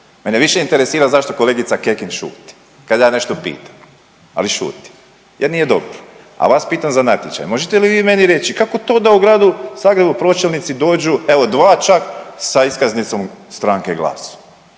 Mene više interesira zašto kolegica Kekin šuti kad ja nešto pitam, ali šuti jer nije dobro. A vas pitam za natječaj. Možete li vi meni reći kako to da u gradu Zagrebu pročelnici dođu, evo dva čak sa iskaznicom stranke Glas